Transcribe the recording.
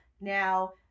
now